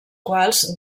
quals